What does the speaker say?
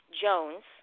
Jones